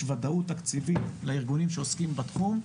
ודאות תקציבית לארגונים שעוסקים בתחום.